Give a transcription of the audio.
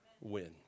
win